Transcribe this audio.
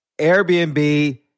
Airbnb